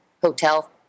hotel